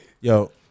Yo